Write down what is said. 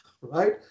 Right